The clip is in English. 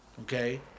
Okay